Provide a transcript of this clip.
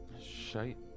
Shite